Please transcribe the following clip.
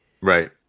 Right